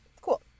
cool